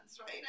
right